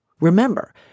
Remember